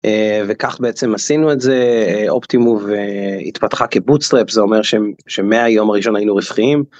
וכך בעצם עשינו את זה אופטימוב התפתחה כבוטסטראפ זה אומר שהם שמהיום הראשון היינו ריוחים.